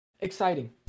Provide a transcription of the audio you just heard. Exciting